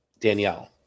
Danielle